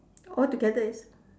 altogether is